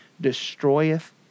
destroyeth